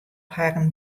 harren